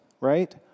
right